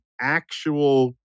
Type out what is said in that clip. actual